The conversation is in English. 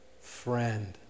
friend